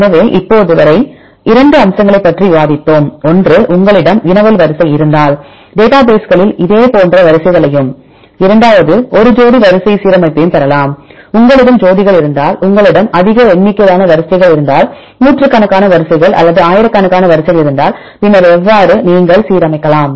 எனவே இப்போது வரை 2 அம்சங்களைப் பற்றி விவாதித்தோம் ஒன்று உங்களிடம் வினவல் வரிசை இருந்தால் டேட்டாபேஸ்களில் இதேபோன்ற வரிசைகளையும் இரண்டாவது ஒரு ஜோடிவரிசை சீரமைப்பையும் பெறலாம் உங்களிடம் ஜோடிகள் இருந்தால் உங்களிடம் அதிக எண்ணிக்கையிலான வரிசைகள் இருந்தால் நூற்றுக்கணக்கான வரிசைகள் அல்லது ஆயிரக்கணக்கான வரிசைகள் இருந்தால் பின்னர் எவ்வாறு நீங்கள் சீரமைக்கலாம்